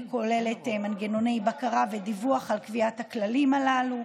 כוללת מנגנוני בקרה ודיווח על קביעת הכללים הללו,